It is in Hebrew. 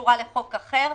הקשורה לחוק אחר.